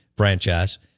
franchise